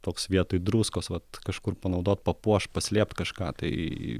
toks vietoj druskos vat kažkur panaudot papuoš paslėpt kažką tai